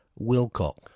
Wilcock